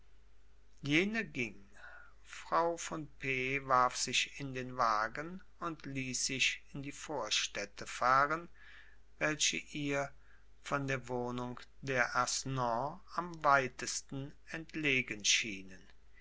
jene ging frau von p warf sich in den wagen und ließ sich in die vorstädte fahren welche ihr von der wohnung der aisnon am weitsten entlegen schienen